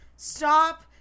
Stop